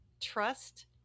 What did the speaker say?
trust